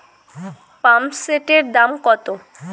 পাম্পসেটের দাম কত?